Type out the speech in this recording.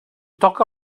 toca